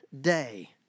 day